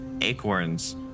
acorns